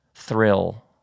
Thrill